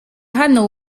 hano